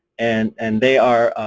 and and they are